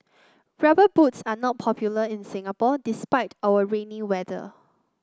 rubber boots are not popular in Singapore despite our rainy weather